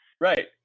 right